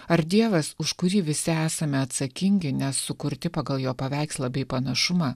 ar dievas už kurį visi esame atsakingi nes sukurti pagal jo paveikslą bei panašumą